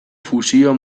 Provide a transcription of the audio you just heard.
fusio